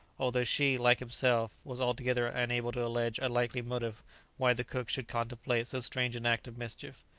although she, like himself, was altogether unable to allege a likely motive why the cook should contemplate so strange an act of mischief.